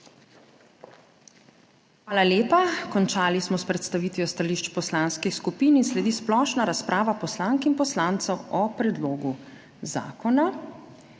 Hvala lepa. Končali smo s predstavitvijo stališč poslanskih skupin. Sledi splošna razprava poslank in poslancev o predlogu zakona.